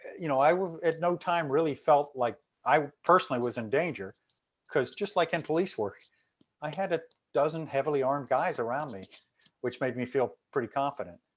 you know, i at no time really felt like i personally was in danger because just like in police work i had a dozen heavily armed guys around me which made me feel pretty confident.